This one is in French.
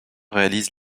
réalise